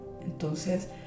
Entonces